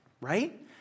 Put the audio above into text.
Right